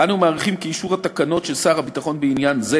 אנו מעריכים כי אישור התקנות של שר הביטחון בעניין זה